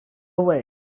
away